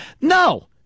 No